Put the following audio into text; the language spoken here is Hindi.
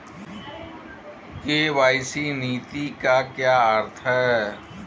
के.वाई.सी नीति का क्या अर्थ है?